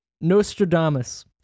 Nostradamus